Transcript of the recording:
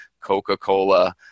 Coca-Cola